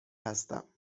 هستم